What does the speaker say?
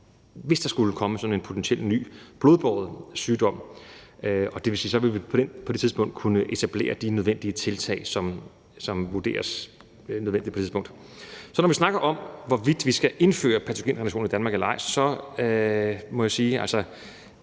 hvis der skulle komme sådan en potentiel ny blodbåren sygdom. Og det vil sige, at vi så på det tidspunkt vil kunne etablere de nødvendige tiltag, som vurderes nødvendige på det tidspunkt. Når vi så snakker om, hvorvidt vi skal indføre patogenreduktion i Danmark eller ej, så må jeg sige,